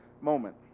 moment